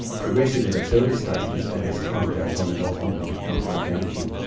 progressive at its early stages, but as time goes on, it ultimately becomes more damaging.